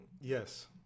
Yes